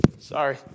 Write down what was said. Sorry